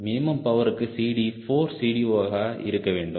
minimum பவருக்கு CD 4CD0 ஆக இருக்க வேண்டும்